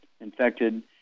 infected